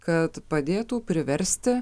kad padėtų priversti